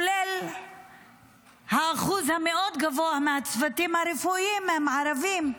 כולל האחוז הגבוה מאוד מהצוותים הרפואיים שהם ערבים.